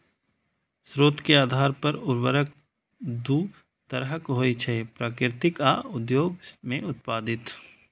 स्रोत के आधार पर उर्वरक दू तरहक होइ छै, प्राकृतिक आ उद्योग मे उत्पादित